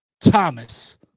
Thomas